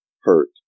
hurt